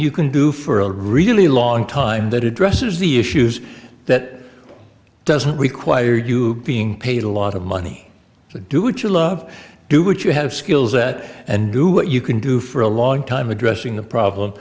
you can do for a really long time that it dresses the issues that doesn't require you being paid a lot of money to do what you love do what you have skills at and do what you can do for a long time addressing the problem